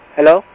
Hello